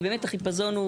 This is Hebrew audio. באמת החיפזון,